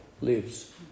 lives